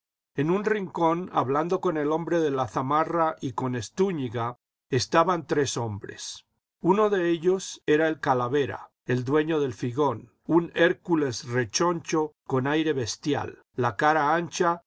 en un rincón hablando con el hombre de la zamarra y con estúñiga estaban tres hombres uno de ellos era el calavera el dueño del figón un hércules rechoncho con aire bestial la cara ancha